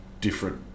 different